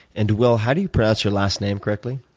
and will, how do you pronounce your last name correctly?